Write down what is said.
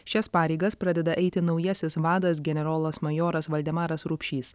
šias pareigas pradeda eiti naujasis vadas generolas majoras valdemaras rupšys